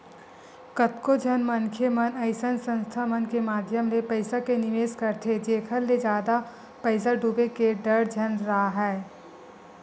कतको झन मनखे मन अइसन संस्था मन के माधियम ले पइसा के निवेस करथे जेखर ले जादा पइसा डूबे के डर झन राहय